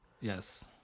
Yes